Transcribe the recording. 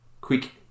quick